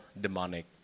demonic